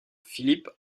philippe